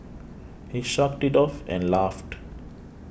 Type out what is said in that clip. he shrugged it off and laughed